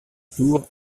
tour